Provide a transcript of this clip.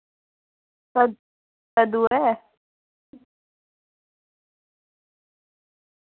कदूं ऐ